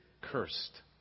cursed